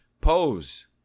Pose